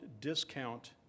discount